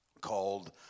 called